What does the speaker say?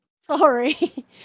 Sorry